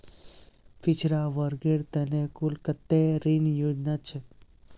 पिछड़ा वर्गेर त न कुल कत्ते ऋण योजना छेक